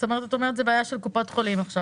כלומר זו בעיה של קופות חולים עכשיו.